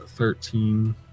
Thirteen